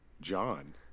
john